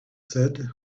said